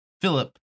Philip